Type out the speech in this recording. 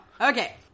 okay